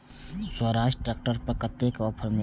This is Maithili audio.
स्वराज ट्रैक्टर पर कतेक ऑफर मिलते?